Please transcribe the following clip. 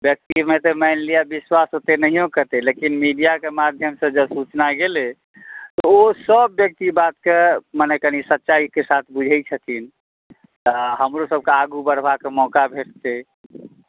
व्यक्ति मे तऽ मानि लिअ विश्वास ओते नहिओ करतै लेकिन मीडियाके माध्यम स जॅं सूचना गेलै तऽ ओ सब व्यक्ति बात के मने कनि सच्चाइ के साथ बुझै छथिन तऽ हमरो सबके आगू बढ़वाक मौका भेटतै